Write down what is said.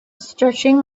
stretching